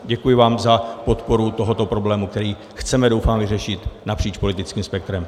Děkuji vám za podporu tohoto problému, který chceme, doufám, vyřešit napříč politickým spektrem.